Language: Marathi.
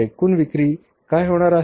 तर एकूण विक्री काय होणार आहे